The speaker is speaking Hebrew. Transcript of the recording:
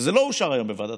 עוד ידיים עובדות בכנסת.